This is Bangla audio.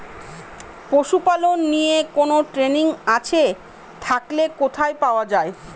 পশুপালন নিয়ে কোন ট্রেনিং আছে থাকলে কোথায় পাওয়া য়ায়?